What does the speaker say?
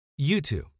YouTube